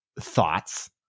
thoughts